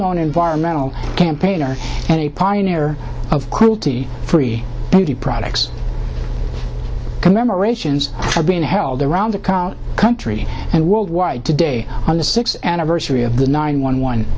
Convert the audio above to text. known environmental campaigner and a pioneer of cruelty free beauty products commemorations are being held around the country and worldwide today on the sixth anniversary of the nine one one